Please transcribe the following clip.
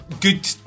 good